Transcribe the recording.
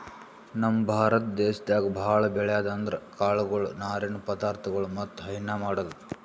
ನಮ್ ಭಾರತ ದೇಶದಾಗ್ ಭಾಳ್ ಬೆಳ್ಯಾದ್ ಅಂದ್ರ ಕಾಳ್ಗೊಳು ನಾರಿನ್ ಪದಾರ್ಥಗೊಳ್ ಮತ್ತ್ ಹೈನಾ ಮಾಡದು